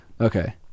Okay